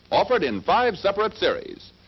offered in five separate series,